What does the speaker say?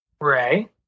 Ray